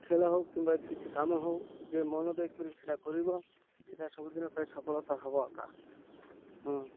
ଖେଳ ହଉ କିମ୍ବା କିଛି କାମ ହଉ ଯେ ମନ ଦେଇ କରି ସେଇଟା କରିବ ସେଇଟା ସବୁଦିନ ପାଇଁ ସଫଳତା ହବ ଏକା ହଁ